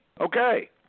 Okay